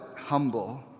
humble